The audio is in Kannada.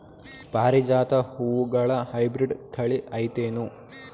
ಪಾರಿಜಾತ ಹೂವುಗಳ ಹೈಬ್ರಿಡ್ ಥಳಿ ಐತೇನು?